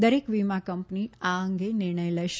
દરેક વીમા કંપની આ અંગે નિર્ણય લેશે